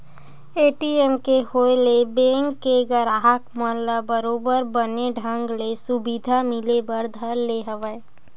ATM के होय ले बेंक के गराहक मन ल बरोबर बने ढंग ले सुबिधा मिले बर धर ले हवय